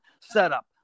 setup